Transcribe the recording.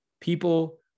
people